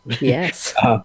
yes